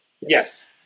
Yes